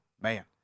Man